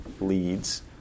leads